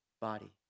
body